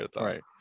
Right